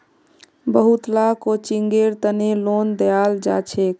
बहुत ला कोचिंगेर तने लोन दियाल जाछेक